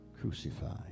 crucified